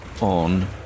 on